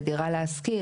לדירה להשכיר,